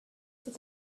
that